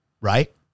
right